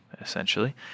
essentially